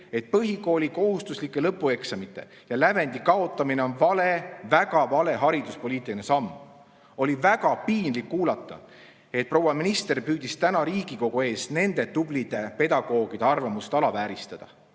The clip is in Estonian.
et põhikooli kohustuslike lõpueksamite lävendi kaotamine on vale, väga vale hariduspoliitiline samm. Oli väga piinlik kuulata, et proua minister püüdis täna Riigikogu ees nende tublide pedagoogide arvamust alavääristada.